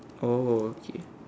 oh okay